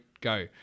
go